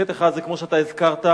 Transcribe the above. חטא אחד, כמו שאתה הזכרת,